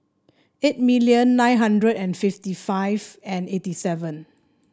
eight million nine hundred and fifty five and eighty seven